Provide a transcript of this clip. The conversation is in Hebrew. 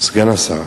סגן השר.